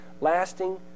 lasting